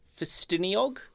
Festiniog